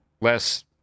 less